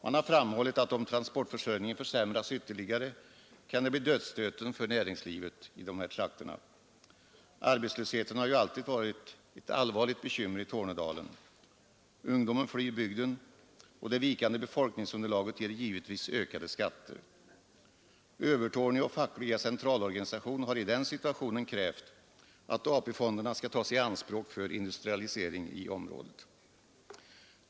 Man har framhållit att om transportförsörjningen försämras ytterligare kan det bli dödsstöten för näringslivet i bygden. Arbetslösheten har alltid varit ett allvarligt bekymmer i Tornedalen. Ungdomen flyr bygden, och det vikande befolkningsunderlaget ger givetvis ökade skatter. Övertorneå fackliga centralorganisation har i den situationen krävt att AP-fonderna skall tas i anspråk för industrialisering i området.